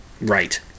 right